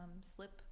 slip